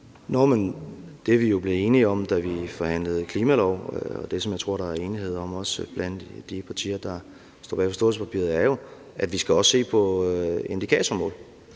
Det er vi jo blevet enige om, da vi forhandlede klimaloven, og jeg tror, der er enighed blandt de partier, der står bag forståelsespapiret, om, at vi også skal se på indikatormål,